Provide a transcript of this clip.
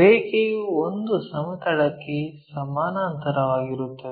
ರೇಖೆಯು ಒಂದು ಸಮತಲಕ್ಕೆ ಸಮಾನಾಂತರವಾಗಿರುತ್ತದೆ